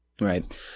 Right